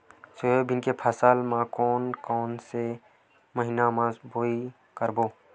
Soybean के फसल ल कोन कौन से महीना म बोआई करबो?